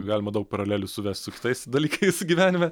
galima daug paralelių suvest su kitais dalykais gyvenime